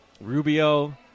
Rubio